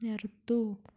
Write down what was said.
നിർത്തുക